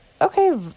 okay